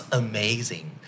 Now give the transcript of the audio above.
amazing